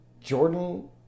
jordan